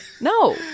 No